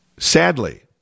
Sadly